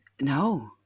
No